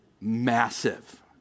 Massive